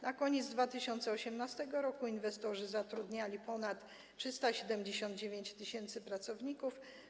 Na koniec 2018 r. inwestorzy zatrudniali ponad 379 tys. pracowników.